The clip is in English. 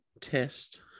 Test